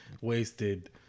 wasted